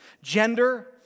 Gender